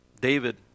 David